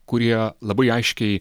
kurie labai aiškiai